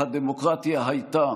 אך הדמוקרטיה הייתה